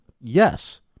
Yes